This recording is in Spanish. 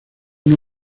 uno